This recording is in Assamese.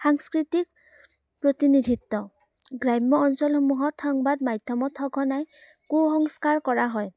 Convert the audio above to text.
সাংস্কৃতিক প্ৰতিনিধিত্ব গ্ৰাম্য অঞ্চলসমূহত সংবাদ মাধ্যমত সঘনাই কু সংস্কাৰ কৰা হয়